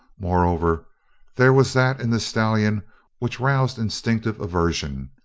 moreover there was that in the stallion which roused instinctive aversion.